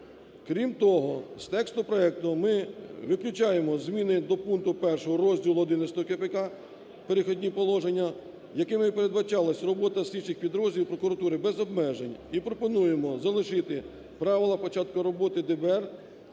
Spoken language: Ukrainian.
Крім того, з тексту проекту ми виключаємо зміни до пункту 1 розділу ХІ КПК "Перехідні положення", якими передбачалось робота слідчих підрозділів прокуратури без обмежень. І пропонуємо залишити правила початку роботи ДБР